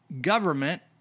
government